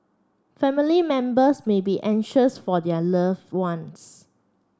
family members may be anxious for their love ones